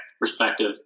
perspective